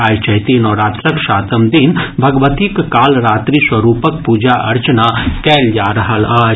आइ चैती नवरात्रक सातम दिन भगवतीक कालरात्रि स्वरूपक पूजा अर्चना कयल जा रहल अछि